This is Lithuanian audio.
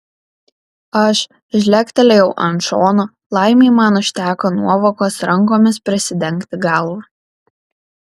aš žlegtelėjau ant šono laimei man užteko nuovokos rankomis prisidengti galvą